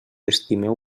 estimeu